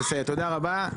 תודה רבה,